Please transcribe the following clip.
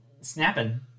snapping